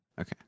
Okay